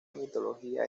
etimología